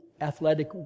athletic